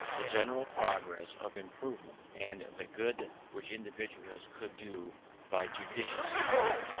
the general progress of improvement, and the good which individuals could do by judicious effort.